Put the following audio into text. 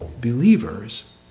believers